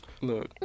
Look